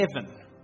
heaven